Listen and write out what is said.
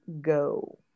go